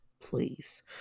Please